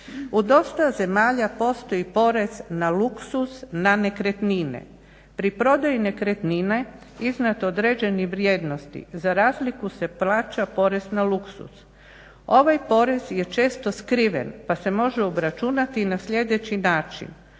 U dosta zemalja postoji porez na luksuz, na nekretnine. Pri prodaji nekretnine iznad određene vrijednosti za razliku se plaća porez na luksuz. Ovaj porez je često skriven pa se može obračunati i na sljedeći način.